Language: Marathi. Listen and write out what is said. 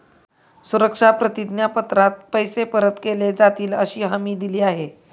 सुरक्षा प्रतिज्ञा पत्रात पैसे परत केले जातीलअशी हमी दिली आहे